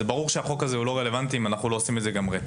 זה ברור שהחוק הזה הוא לא רלוונטי אם אנחנו לא עושים את זה גם רטרו.